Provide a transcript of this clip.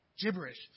gibberish